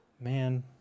man